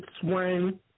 Swain